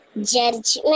judgment